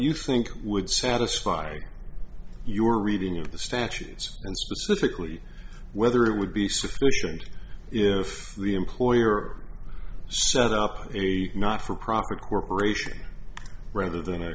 you think would satisfy your reading of the statutes and specifically whether it would be sufficient if the employer setting up a not for profit corporation rather than